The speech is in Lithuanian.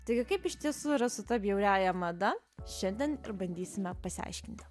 taigi kaip iš tiesų yra su ta bjauriąja mada šiandien bandysime pasiaiškinti